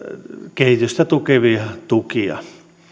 kehitystä tukevia tukia